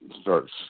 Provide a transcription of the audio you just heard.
starts